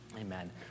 Amen